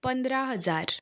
पंदरा हजार